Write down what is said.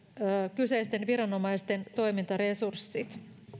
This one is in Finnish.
kyseisten viranomaisten toimintaresurssit